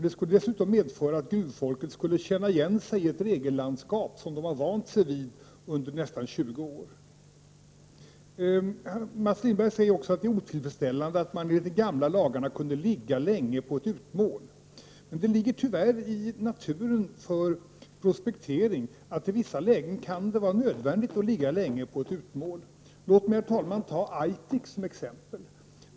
Det skulle dessutom medföra att gruvfolket skulle känna igen sig i ett regellandskap som det har vant sig vid under nästan Mats Lindberg säger också att det är otillfredsställande att man i de gamla lagarna kunde ligga länge på ett utmål. Det ligger tyvärr i prospekteringens natur att det i vissa fall kan vara nödvändigt att ligga länge på ett utmål. Låt mig, herr talman, ta Aitik som exempel.